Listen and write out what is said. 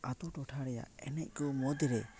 ᱟᱛᱳ ᱴᱚᱴᱷᱟ ᱨᱮᱭᱟᱜ ᱮᱱᱮᱡ ᱠᱚ ᱢᱩᱫᱽᱨᱮ